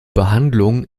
behandlung